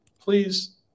Please